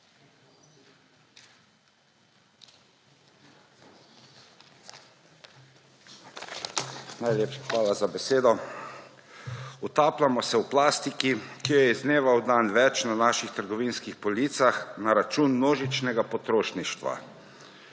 Najlepša hvala za besedo. Utapljamo se v plastiki, ki jo je iz dneva v dan več na naših trgovinskih policah na račun množičnega potrošništva.